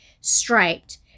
striped